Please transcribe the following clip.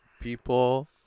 People